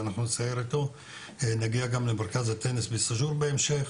נגיע גם למרכז הטניס בסאג'ור בהמשך.